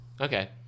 okay